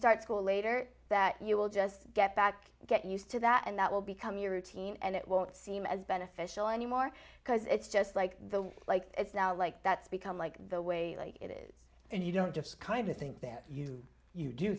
start school later that you will just get back get used to that and that will become your routine and it won't seem as beneficial anymore because it's just like the like now like that's become like the way it is and you don't just kind of think that you you do